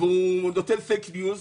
והוא עושה כאן פייק ניוז.